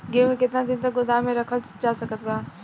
गेहूँ के केतना दिन तक गोदाम मे रखल जा सकत बा?